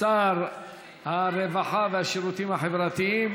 שר הרווחה והשירותים החבריים,